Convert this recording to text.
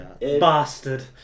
Bastard